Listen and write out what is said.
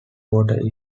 water